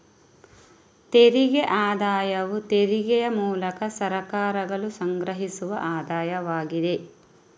ತೆರಿಗೆ ಆದಾಯವು ತೆರಿಗೆಯ ಮೂಲಕ ಸರ್ಕಾರಗಳು ಸಂಗ್ರಹಿಸುವ ಆದಾಯವಾಗಿದೆ